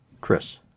Chris